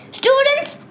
students